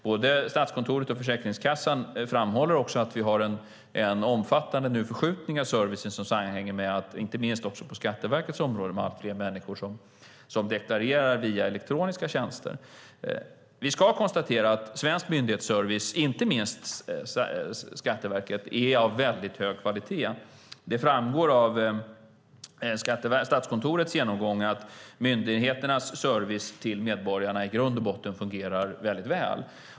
Både Statskontoret och Försäkringskassan framhåller också att vi nu har en omfattande förskjutning av servicen, inte minst på Skatteverkets område, där allt fler människor deklarerar via elektroniska tjänster. Vi ska konstatera att svensk myndighetsservice, inte minst Skatteverkets, är av mycket hög kvalitet. Det framgår av Statskontorets genomgång att myndigheternas service till medborgarna i grund och botten fungerar väldigt väl.